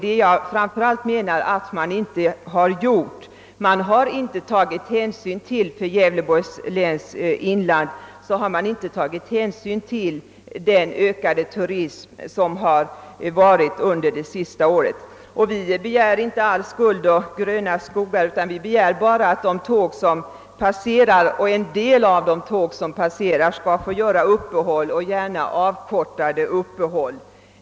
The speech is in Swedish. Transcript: Det är framför allt detta som man enligt min mening inte har gjort i inlandet. Man har inte beträffande Gävleborgs läns inland tagit hänsyn till den ökning av turismen som förekommit under det senaste året. Vi begär inte alls guld och gröna skogar utan bara att en del av de tåg som passerar genom länet skall få göra — gärna avkortade — uppehåll.